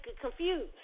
confused